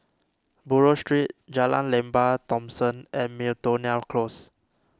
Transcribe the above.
Buroh Street Jalan Lembah Thomson and Miltonia Close